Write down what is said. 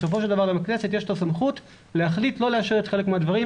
בסופו של דבר גם לכנסת יש את הסמכות להחליט לא לאשר את חלק מהדברים,